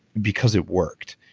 because it worked.